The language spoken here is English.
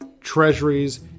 treasuries